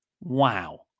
wow